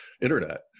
internet